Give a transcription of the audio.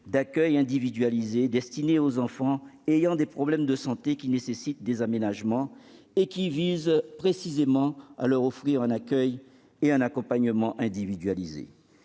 d'accueil individualisé, destiné aux enfants qui ont des problèmes de santé nécessitant des aménagements. Ce PAI vise précisément à leur offrir un accueil et un accompagnement individualisé.